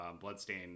Bloodstain